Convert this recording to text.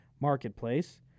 marketplace